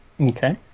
Okay